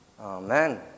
Amen